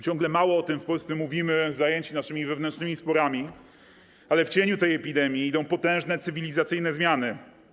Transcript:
Ciągle mało o tym w Polsce mówimy zajęci naszymi wewnętrznymi sporami, ale w cieniu tej epidemii idą potężne cywilizacyjne zmiany.